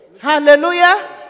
Hallelujah